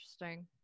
Interesting